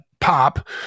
pop